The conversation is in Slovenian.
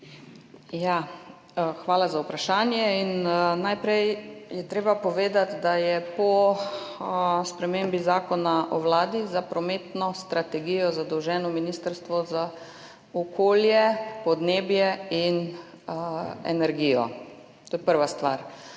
Hvala za vprašanje. Najprej je treba povedati, da je po spremembi Zakona o Vladi Republike Slovenije za prometno strategijo zadolženo Ministrstvo za okolje, podnebje in energijo. To je prva stvar.